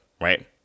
right